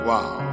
Wow